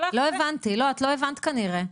לא הבנתי, את לא הבנת כנראה.